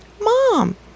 mom